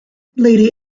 lady